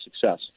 success